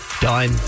done